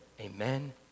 Amen